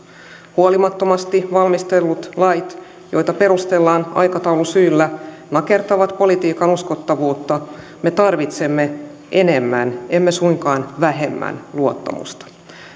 huolimattomasti valmistellut lait joita perustellaan aikataulusyillä nakertavat politiikan uskottavuutta me tarvitsemme enemmän emme suinkaan vähemmän luottamusta